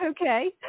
okay